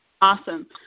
Awesome